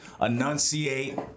enunciate